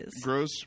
Gross